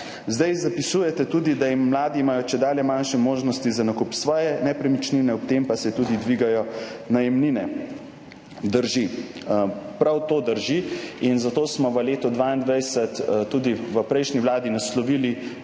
vlada. Zapisujete tudi, da imajo mladi čedalje manjše možnosti za nakup svoje nepremičnine, ob tem pa se tudi dvigajo najemnine. Drži. Prav to drži in zato smo v letu 2022 tudi v prejšnji vladi naslovili